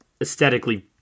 aesthetically